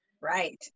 right